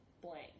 blank